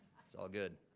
it's all good.